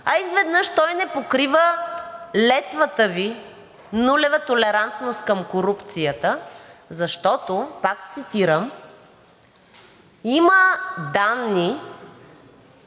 а изведнъж той не покрива летвата Ви за нулева толерантност към корупцията, защото, пак цитирам, „има данни,